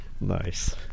Nice